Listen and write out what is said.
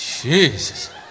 Jesus